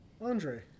Andre